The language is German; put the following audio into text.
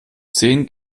zehn